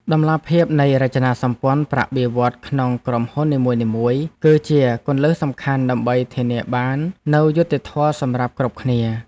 តម្លាភាពនៃរចនាសម្ព័ន្ធប្រាក់បៀវត្សរ៍ក្នុងក្រុមហ៊ុននីមួយៗ គឺជាគន្លឹះសំខាន់ដើម្បីធានាបាននូវយុត្តិធម៌សម្រាប់គ្រប់គ្នា។